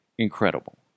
Incredible